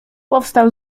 powstał